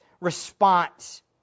response